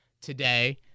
today